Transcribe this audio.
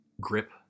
grip